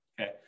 Okay